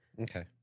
Okay